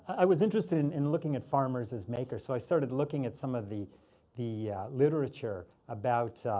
i was interested in in looking at farmers as makers. so i started looking at some of the the literature about